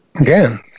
again